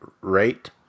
rate